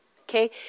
Okay